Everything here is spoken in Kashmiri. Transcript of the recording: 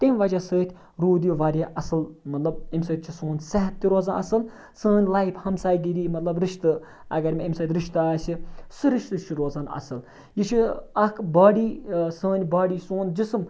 تمہِ وجہ سۭتۍ روٗد یہِ واریاہ اَصٕل مطلب امہِ سۭتۍ چھِ سون صحت تہِ روزان اَصٕل سٲنۍ لایف ہمساے گِری مطلب رِشتہٕ اگر مےٚ أمِس سۭتۍ رِشتہٕ آسہِ سُہ رِشتہٕ چھُ روزان اَصٕل یہِ چھِ اَکھ باڈی سٲنۍ باڈی سون جسم